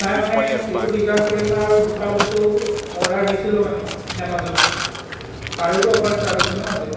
নাই মানে এইটো ৰিটাৰ্ণ কৰি মই আৰু দুটা বস্তু অৰ্ডাৰ দিছিলো মানে এমাজনত তাৰেওতো অ'ফাৰ ষ্টাৰ্ট হৈছে ন আজি